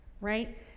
right